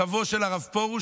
סבו של הרב פרוש,